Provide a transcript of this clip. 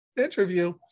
interview